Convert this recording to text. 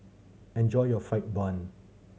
enjoy your fried bun